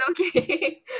okay